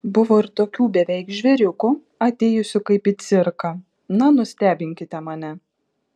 buvo ir tokių beveik žvėriukų atėjusių kaip į cirką na nustebinkite mane